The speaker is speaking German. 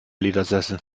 ledersessel